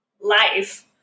life